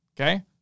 Okay